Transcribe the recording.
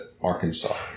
Arkansas